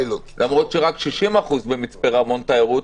למרות שבמצפה רמון רק 60% זה תיירות,